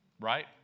right